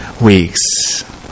weeks